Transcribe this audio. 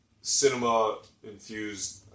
cinema-infused